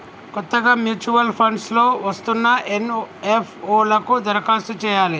కొత్తగా mutual funds లో వస్తున్న ఎన్.ఎఫ్.ఓ లకు దరఖాస్తు చేయాలి